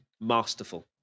masterful